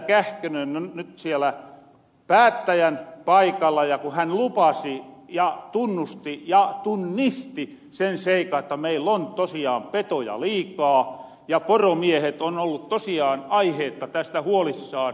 kähkönen on nyt siellä päättäjän paikalla ja kun hän lupasi ja tunnusti ja tunnisti sen seikan että meillä on tosiaan petoja liikaa ja poromiehet on olleet tosiaan tästä aiheesta huolissaan